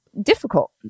difficult